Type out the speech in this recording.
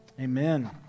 amen